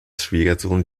schwiegersohn